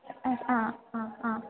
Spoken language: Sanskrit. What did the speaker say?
अस् हा हा हा